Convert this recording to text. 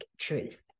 truth